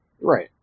Right